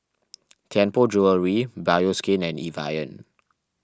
Tianpo Jewellery Bioskin and Evian